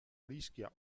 rischia